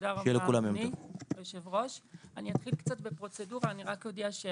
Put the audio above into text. אני מחליף היום את היושב-ראש אייכלר שנבצר ממנו להגיע.